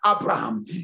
Abraham